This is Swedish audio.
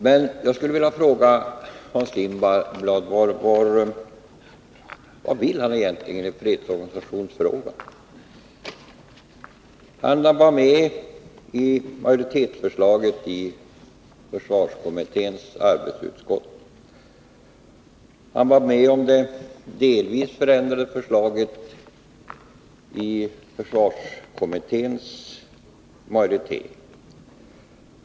Men jag vill fråga Hans Lindblad vad han egentligen vill i fredsorganisationsfrågan. Hans Lindblad var med på majoritetsförslaget i försvarskommitténs arbetsutskott. Han var med på det delvis förändrade förslaget från försvarskommitténs majoritet.